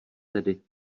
tedy